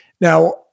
Now